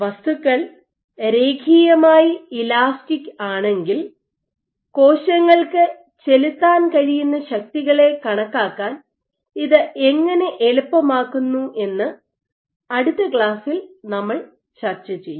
വസ്തുക്കൾ രേഖീയമായി ഇലാസ്റ്റിക് ആണെങ്കിൽ കോശങ്ങൾക്ക് ചെലുത്താൻ കഴിയുന്ന ശക്തികളെ കണക്കാക്കാൻ ഇത് എങ്ങനെ എളുപ്പമാക്കുന്നു എന്ന് അടുത്ത ക്ലാസ്സിൽ നമ്മൾ ചർച്ച ചെയ്യും